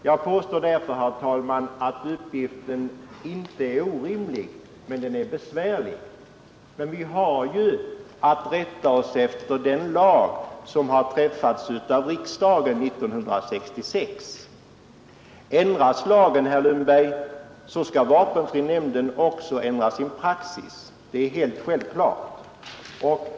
Jag påstår, herr talman, att uppgiften inte är orimlig, men att den är i åtskilliga ärenden besvärlig. Vi har ju att rätta oss efter den lag som beslutats av riksdagen 1966. Ändras lagen, herr Lundberg, skall vapenfrinämnden också ändra sin praxis. Det är alldeles självklart.